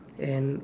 and